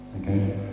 Okay